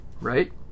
Right